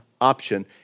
option